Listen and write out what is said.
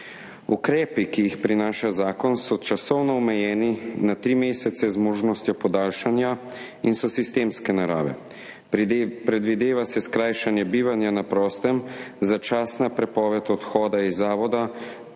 Ukrepi, ki jih prinaša zakon, so časovno omejeni na tri mesece z možnostjo podaljšanja in so sistemske narave. Predvideva se skrajšanje bivanja na prostem, začasna prepoved odhoda iz zavoda, prepoved